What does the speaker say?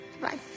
Bye